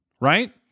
right